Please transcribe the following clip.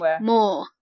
more